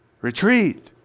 Retreat